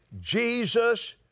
Jesus